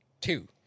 Two